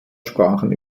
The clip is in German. sprachen